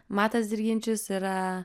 matas dirginčius ir